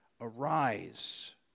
Arise